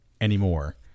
anymore